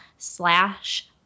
slash